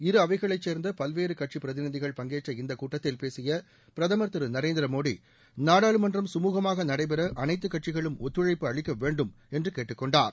இரு அவைகளைச் சேர்ந்த பல்வேறு கட்சி பிரதிநிதிகள் பங்கேற்ற இந்த கூட்டத்தில் பேசிய பிரதமர் திரு நரேந்திர மோடி நாடாளுமன்றம் கமுகமாக நடைபெற அனைத்து கட்சிகளும் ஒத்துழைப்பு அளிக்க வேண்டும் என்று கேட்டுக்கொண்டார்